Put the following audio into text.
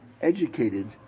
educated